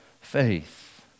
faith